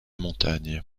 montagne